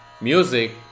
music